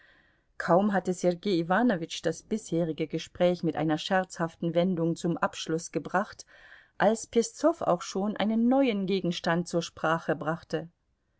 kaum hatte sergei iwanowitsch das bisherige gespräch mit einer scherzhaften wendung zum abschluß gebracht als peszow auch schon einen neuen gegenstand zur sprache brachte